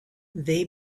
they